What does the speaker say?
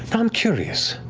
i'm curious,